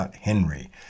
Henry